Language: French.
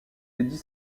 dédie